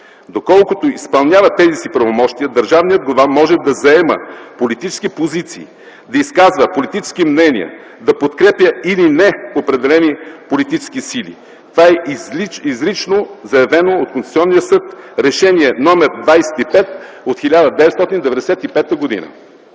Доколкото изпълнява тези си правомощия, държавният глава може да заема политически позиции, да изказва политически мнения, да подкрепя или не определени политически сили - това изрично е заявено от Конституционния съд /Решение № 25 от 1995 г./.